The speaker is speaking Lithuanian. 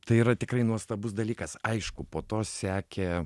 tai yra tikrai nuostabus dalykas aišku po to sekė